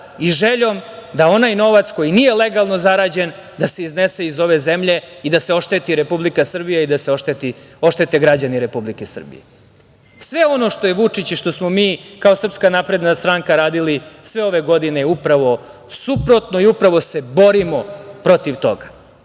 i željom da onaj novac koji nije legalno zarađen da se iznese iz ove zemlje i da se ošteti Republika Srbija i da se oštete građani Republike Srbije. Sve on što je Vučić i što smo mi kao SNS radili sve ove godine, upravo je suprotno i upravo se borimo protiv toga.